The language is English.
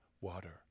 water